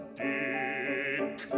dick